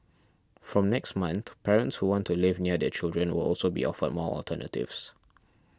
from next month parents who want to live near their children will also be offered more alternatives